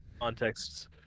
contexts